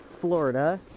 Florida